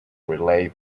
relay